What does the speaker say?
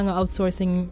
outsourcing